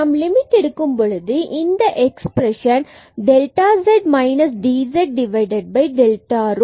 நாம் லிமிட் எடுக்கும்பொழுது இந்த expression delta z dz delta rho